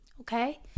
okay